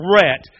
threat